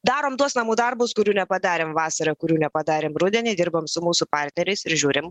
darom tuos namų darbus kurių nepadarėm vasarą kurių nepadarėm rudenį dirbam su mūsų partneriais ir žiūrim